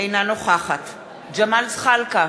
אינה נוכחת ג'מאל זחאלקה,